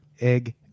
Egg